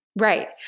Right